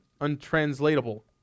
untranslatable